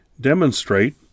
demonstrate